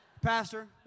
Pastor